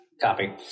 copy